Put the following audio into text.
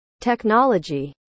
technology